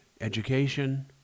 education